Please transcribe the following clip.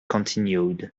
continued